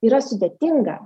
yra sudėtinga